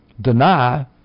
deny